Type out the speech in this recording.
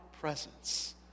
presence